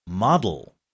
Model